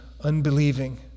unbelieving